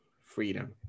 Freedom